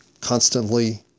constantly